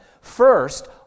First